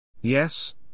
Yes